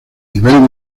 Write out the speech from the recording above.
nivel